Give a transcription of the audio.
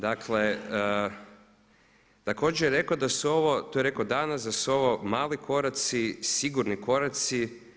Dakle, također je rekao da su ovo, to je rekao danas da su ovo mali koraci, sigurni koraci.